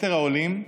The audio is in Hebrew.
ויתר העולים,